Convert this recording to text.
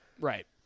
right